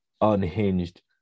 unhinged